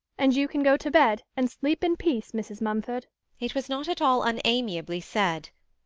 and you can go to bed and sleep in peace, mrs. mumford it was not at all unamiably said.